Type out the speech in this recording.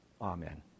Amen